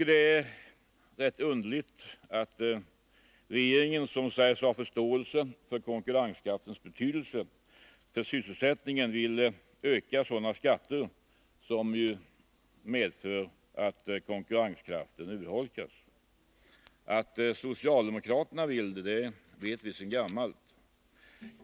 Det är rätt underligt att regeringen, som säger sig ha förståelse för konkurrenskraftens betydelse för sysselsättningen, vill öka sådana skatter som medför att konkurrenskraften urholkas. Att socialdemokraterna vill göra det vet vi sedan gammalt.